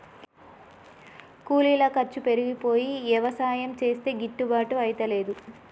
కూలీల ఖర్చు పెరిగిపోయి యవసాయం చేస్తే గిట్టుబాటు అయితలేదు